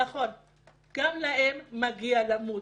נכון, גם להם מגיע למות.